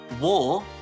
War